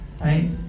right